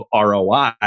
ROI